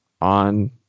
on